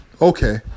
okay